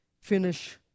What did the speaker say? finish